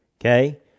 okay